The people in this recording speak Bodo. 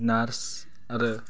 नार्स आरो